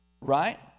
Right